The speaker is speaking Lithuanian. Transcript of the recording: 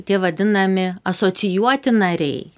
tie vadinami asocijuoti nariai